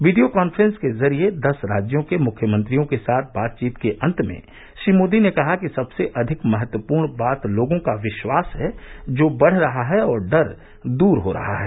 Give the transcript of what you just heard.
video conference के जरिये दस राज्यों के मुख्यमंत्रियों के साथ बातचीत के अन्त में श्री मोदी ने कहा कि सबसे अधिक महत्वपूर्ण बात लोगों का विश्वास है जो बढ़ रहा है और डर दूर हो रहा है